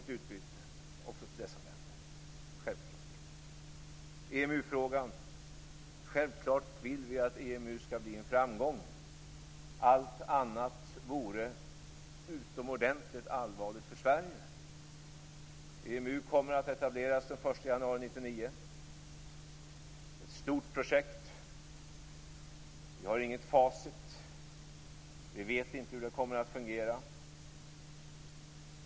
Vad gäller EMU-frågan vill vi självklart att EMU skall bli en framgång. Allt annat vore utomordentligt allvarligt för Sverige. EMU kommer att etableras den 1 januari 1999. Det är ett stort projekt. Vi har inget facit. Vi vet inte hur det kommer att fungera.